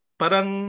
parang